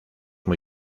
muy